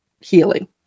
healing